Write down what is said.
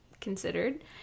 considered